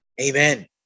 Amen